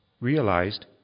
realized